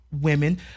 women